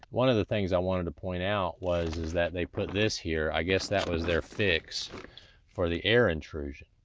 one of the things i wanted to point out was it they put this here. i guess that was there fix for the air intrusion.